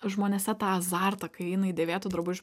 žmonėse tą azartą kai eina į dėvėtų drabužių